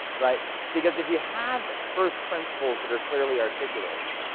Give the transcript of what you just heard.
right? because if you have first principles that are clearly articulated,